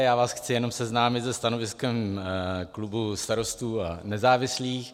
Já vás chci jenom seznámit se stanoviskem klubu Starostů a nezávislých.